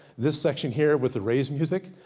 this section here with the raised music,